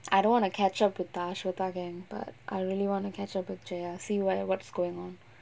I don't want to catch up with tash or targen but I really wanna catch up with jaya see why what's going on